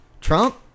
Trump